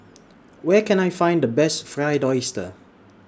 Where Can I Find The Best Fried Oyster